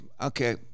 Okay